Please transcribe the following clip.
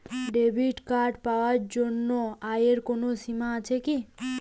Debit card পাওয়ার জন্য আয়ের কোনো সীমা আছে কি?